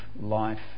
life